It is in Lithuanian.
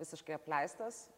visiškai apleistas